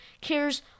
cares